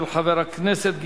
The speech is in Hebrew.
ועדת הכספים?